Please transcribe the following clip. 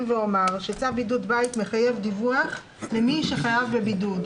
ואומר שצו בידוד בית מחייב דיווח למי שמצוי בבידוד,